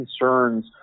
concerns